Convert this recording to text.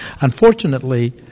Unfortunately